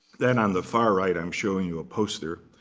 then on the far right, i'm showing you a poster,